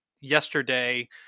Yesterday